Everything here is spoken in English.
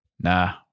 nah